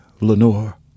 Lenore